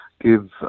give